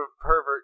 pervert